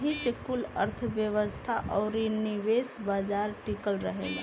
एही से कुल अर्थ्व्यवस्था अउरी निवेश बाजार टिकल रहेला